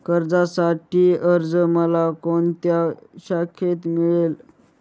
कर्जासाठीचा अर्ज मला कोणत्या शाखेत मिळेल?